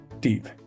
deep